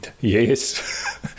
Yes